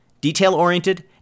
detail-oriented